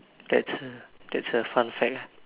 that's that's a fun fact ah